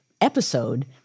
episode